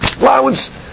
Allowance